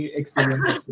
experiences